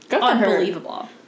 unbelievable